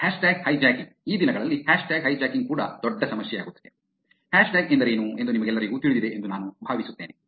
hashtag hijacking ಈ ದಿನಗಳಲ್ಲಿ hashtag hijacking ಕೂಡ ದೊಡ್ಡ ಸಮಸ್ಯೆಯಾಗುತ್ತಿದೆ ಹ್ಯಾಶ್ಟ್ಯಾಗ್ ಎಂದರೇನು ಎಂದು ನಿಮಗೆಲ್ಲರಿಗೂ ತಿಳಿದಿದೆ ಎಂದು ನಾನು ಭಾವಿಸುತ್ತೇನೆ